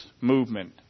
movement